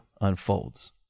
unfolds